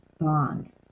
bond